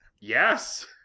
Yes